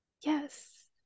Yes